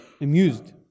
amused